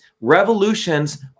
Revolutions